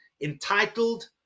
entitled